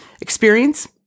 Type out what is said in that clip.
Experience